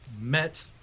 met